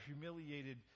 humiliated